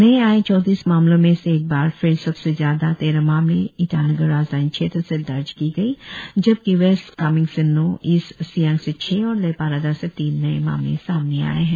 नए आए चौतीस मामलों में से एक बार फिर सबसे ज्यादा तेरह मामले ईटानगर राजधानी क्षेत्र से दर्ज की गए जबकि वेस्ट कामेंग से नौ ईस्ट सियांग से छह और लेपारादा से तीन नए मामले सामने आए है